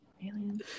aliens